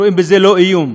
לא רואים בזה איום.